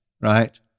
Right